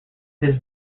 his